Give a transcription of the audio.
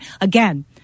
Again